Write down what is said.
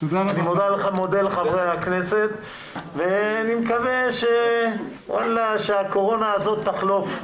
אני מודה לחברי הכנסת ואני מקווה שהקורונה תחלוף.